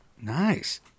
Nice